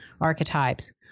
archetypes